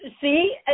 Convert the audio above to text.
See